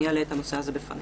לפני